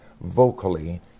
vocally